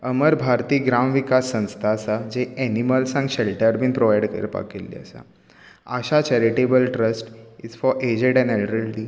अमर भारती ग्राम विकास संस्था आसा जी ऍनीनल्सांक बी शॅल्टर प्रॉवायड करपाक केल्ली आसा Asha charitable trust is for aged and elderly